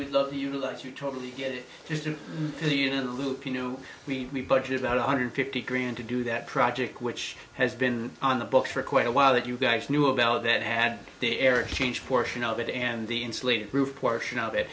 would love to utilize you totally get it in the union lupino we may budget about one hundred fifty grand to do that project which has been on the books for quite a while that you guys knew about that had the air exchange portion of it and the insulated roof portion of it